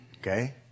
Okay